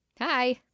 hi